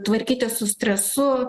tvarkytis su stresu